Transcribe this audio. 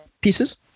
pieces